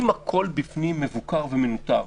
אם הכול בפנים מבוקר ומנוטר,